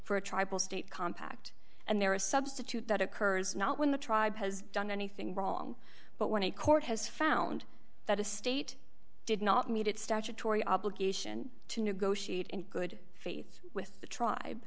for a tribal state compact and there are a substitute that occurs not when the tribe has done anything wrong but when a court has found that a state did not meet its statutory obligation to negotiate in good faith with the tribe